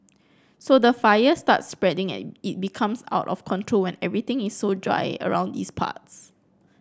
so the fire starts spreading and it becomes out of control and everything is so dry around its parts